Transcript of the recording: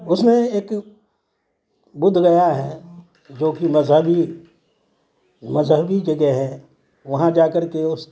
اس میں ایک بدھ گیا ہے جوکہ مذہبی مذہبی جگہ ہے وہاں جا کر کے اس